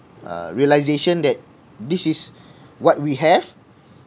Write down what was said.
uh realisation that this is what we have